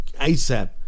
ASAP